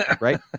right